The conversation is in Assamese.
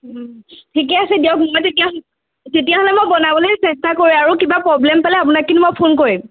ঠিকে আছে দিয়ক মই তেতিয়া হ'লে তেতিয়া হ'লে মই বনাবলৈ চেষ্টা কৰোঁ আৰু কিবা প্ৰব্লেম পালে আপোনাক কিন্তু মই ফোন কৰিম